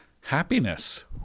Happiness